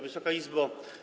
Wysoka Izbo!